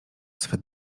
swe